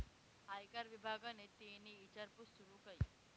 आयकर विभागनि तेनी ईचारपूस सूरू कई